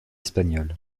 espagnol